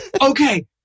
Okay